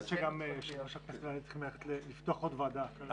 אנחנו צריכים לפתוח עוד ועדה.